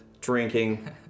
drinking